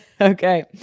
Okay